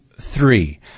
three